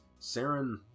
Saren